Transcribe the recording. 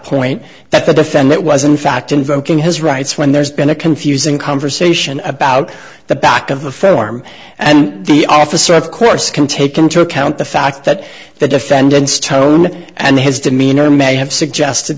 point that the defendant was in fact invoking his rights when there's been a confusing conversation about the back of the form and the officer of course can take into account the fact that the defendant's tone and his demeanor may have suggested